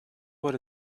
what